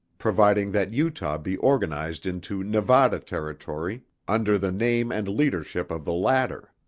providing that utah be organized into nevada territory under the name and leadership of the latter